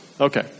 okay